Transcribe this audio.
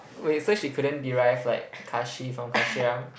wait so she couldn't derive like Kahshee from Kasheeram